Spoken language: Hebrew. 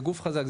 זה גוף חזק,